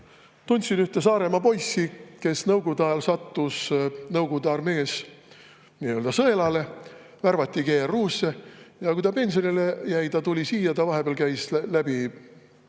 tundsin ühte Saaremaa poissi, kes Nõukogude ajal sattus Nõukogude armees sõelale ja värvati GRU‑sse. Kui ta pensionile jäi, tuli ta siia – vahepeal käis läbi